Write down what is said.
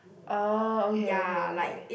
orh okay okay okay